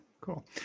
cool